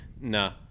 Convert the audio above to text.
nah